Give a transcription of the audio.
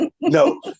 no